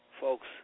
Folks